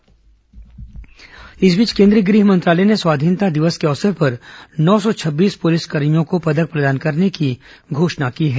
police पुरस्कार इस बीच केंद्रीय गृह मंत्रालय ने स्वाधीनता दिवस के अवसर पर नौ सौ छब्बीस पुलिसकर्मियों को पदक प्रदान करने की घोषणा की है